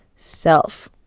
self